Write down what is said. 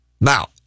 Now